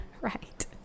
Right